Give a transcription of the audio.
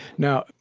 now,